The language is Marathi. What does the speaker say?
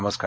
नमस्कार